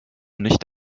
nicht